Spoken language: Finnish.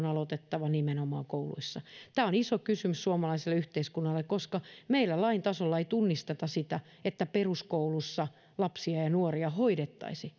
aloitettava nimenomaan kouluissa tämä on iso kysymys suomalaiselle yhteiskunnalle koska meillä lain tasolla ei tunnisteta sitä että peruskoulussa lapsia ja nuoria hoidettaisiin